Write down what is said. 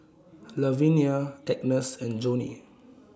Lavinia Agnes and Johney